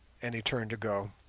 and he turned to go.